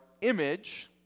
image